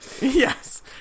Yes